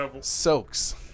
soaks